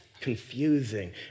confusing